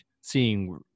seeing